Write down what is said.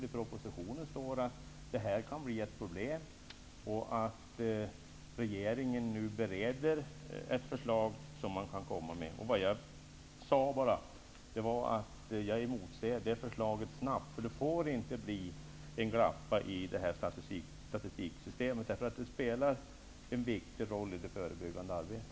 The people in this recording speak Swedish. I propositionen anförs att detta kan bli ett problem och att regeringen nu håller på att bereda ett förslag. Jag framhöll bara att jag emotser ett sådant förslag snabbt. Det får inte bli något glapp i statistiken, eftersom den spelar en viktig roll i det förebyggande arbetet.